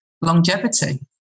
longevity